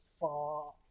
far